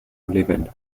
living